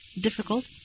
difficult